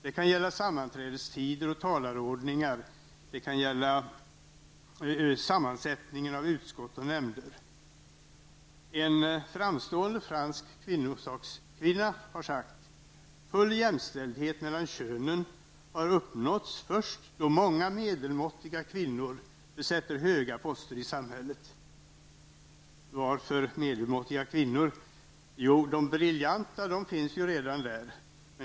Det kan gälla sammanträdestider och talarordningar, det kan gälla sammansättningen av utskott och nämnder. En framstående fransk kvinnosakskvinna har sagt att full jämställdhet mellan könen har uppnåtts först då många medelmåttiga kvinnor besitter höga poster i samhället. Varför medelmåttiga kvinnor? Jo, de briljanta finns ju redan där.